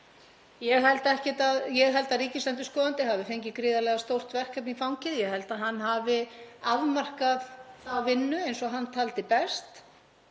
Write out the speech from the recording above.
Ég held að ríkisendurskoðandi hafi fengið gríðarlega stórt verkefni í fangið. Ég held að hann hafi afmarkað þá vinnu eins og hann taldi best.